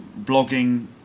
blogging